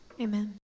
Amen